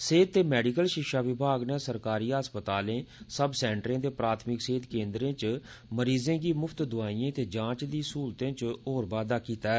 सेहत ते मैडिकल शिक्षा विभाग नै सरकारी अस्पतालै सब सेंटरें ते प्राथमिक सेहत केन्द्रें च मरीजें गी मुफ्त दवाईएं ते जांच दी सहूलते च होर बाद्दा कीता ऐ